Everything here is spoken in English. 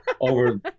over